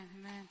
amen